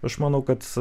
aš manau kad